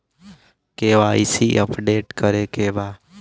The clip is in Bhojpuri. के.वाइ.सी अपडेट करे के बा?